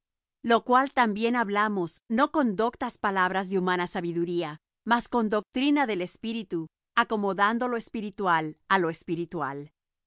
lo cual también hablamos no con doctas palabras de humana sabiduría mas con doctrina del espíritu acomodando lo espiritual á lo espiritual